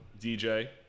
DJ